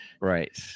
Right